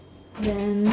then